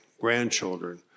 grandchildren